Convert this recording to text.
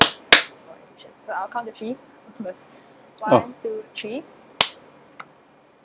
oh